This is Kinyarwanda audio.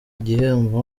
igihembo